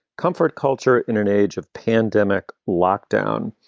comfort culture in an age of pandemic lockdown.